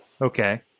Okay